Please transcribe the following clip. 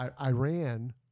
Iran